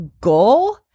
goal